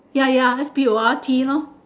ya ya lets be a wild tea lor